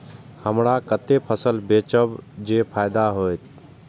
हमरा कते फसल बेचब जे फायदा होयत?